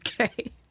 Okay